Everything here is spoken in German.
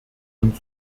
und